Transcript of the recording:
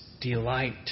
delight